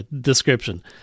description